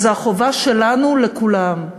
זו החובה שלנו לכולם.